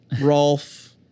Rolf